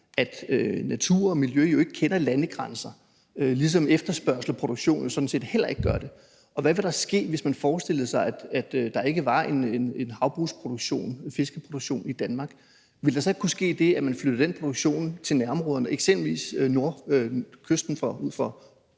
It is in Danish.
at natur og miljø jo ikke kender landegrænser, ligesom efterspørgsel og produktion jo sådan set heller ikke gør det. Og hvad ville der ske, hvis man forestillede sig, at der ikke var en havbrugsproduktion, en fiskeproduktion i Danmark? Ville der så ikke kunne ske det, at man flyttede den produktion til nærområderne, eksempelvis kysten ud for